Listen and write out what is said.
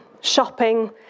shopping